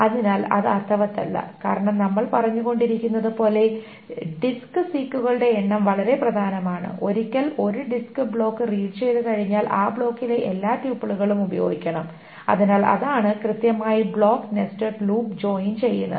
അതിനാൽ അത് അർത്ഥവത്തല്ല കാരണം നമ്മൾ പറഞ്ഞുകൊണ്ടിരിക്കുന്നത് പോലെ ഡിസ്ക് സീക്കുകളുടെ എണ്ണം വളരെ പ്രധാനമാണ് ഒരിക്കൽ ഒരു ഡിസ്ക് ബ്ലോക്ക് റീഡ് ചെയ്തുകഴിഞ്ഞാൽ ആ ബ്ലോക്കിലെ എല്ലാ ട്യൂപ്പിളുകളും ഉപയോഗിക്കണം അതിനാൽ അതാണ് കൃത്യമായി ബ്ലോക്ക് നെസ്റ്റഡ് ലൂപ്പ് ജോയിൻ ചെയ്യുന്നത്